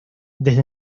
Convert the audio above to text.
desde